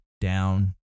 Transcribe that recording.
down